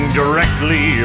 directly